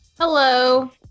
Hello